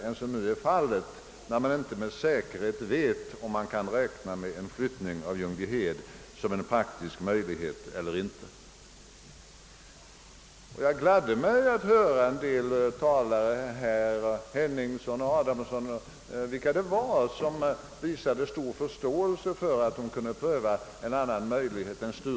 F. n. vet man nämligen inte huruvida man kan räkna med att en flyttning av flygskolan är praktiskt möjlig eller inte. Jag gladde mig åt att höra en del talare — herr Henningsson, herr Adamsson m.fl. — som visade stor förståelse för tanken att pröva en annan möjlighet än Sturup.